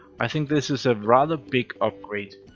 i think this is a rather big upgrade.